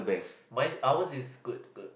mine our is good good